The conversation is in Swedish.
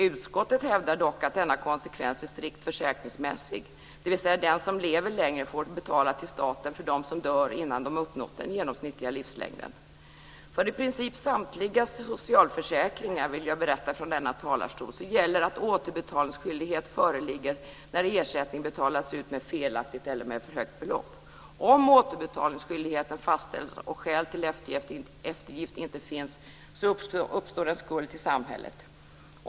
Utskottet hävdar dock att denna konsekvens är strikt försäkringsmässig, dvs. att den som lever längre får betala till staten för dem som dör innan de uppnått den genomsnittliga livslängden. För i princip samtliga socialförsäkringar, vill jag berätta från denna talarstol, gäller att återbetalningsskyldighet föreligger när ersättning betalats ut med felaktigt eller för högt belopp. Om återbetalningsskyldighet fastställs och skäl till eftergift inte finns uppstår en skuld till samhället.